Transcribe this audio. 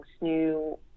new